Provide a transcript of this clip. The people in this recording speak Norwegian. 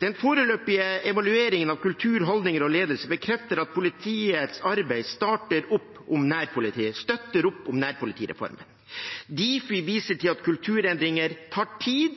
Den foreløpige evalueringen av kultur, holdninger og ledelse bekrefter at politiets arbeid støtter opp om nærpolitireformen. Difi viser til at kulturendringer tar tid,